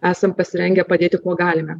esam pasirengę padėti kuo galime